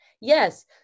Yes